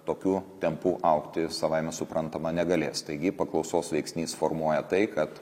tokiu tempu augti savaime suprantama negalės taigi paklausos veiksnys formuoja tai kad